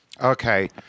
Okay